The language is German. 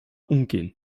umgehen